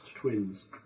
twins